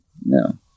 no